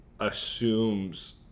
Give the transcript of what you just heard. assumes